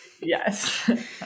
Yes